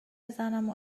بزنم